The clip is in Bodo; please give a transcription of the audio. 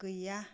गैया